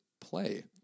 Play